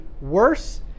worse